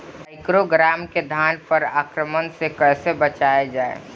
टाइक्रोग्रामा के धान पर आक्रमण से कैसे बचाया जाए?